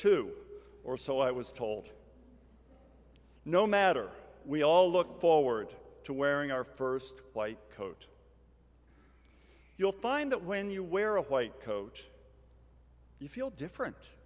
two or so i was told no matter we all looked forward to wearing our first white coat you'll find that when you wear a white coach you feel different